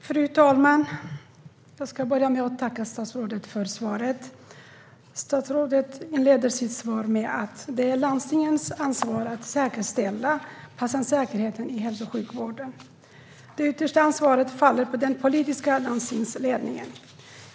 Fru talman! Jag tackar statsrådet för svaret. Statsrådet inleder sitt svar med att säga att det är landstingens ansvar att säkerställa patientsäkerheten i hälso och sjukvården. Det yttersta ansvaret faller på den politiska landstingsledningen.